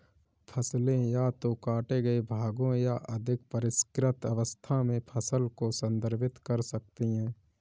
फसलें या तो काटे गए भागों या अधिक परिष्कृत अवस्था में फसल को संदर्भित कर सकती हैं